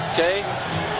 Okay